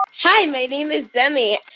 hi, my name is demi.